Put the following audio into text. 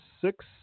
Six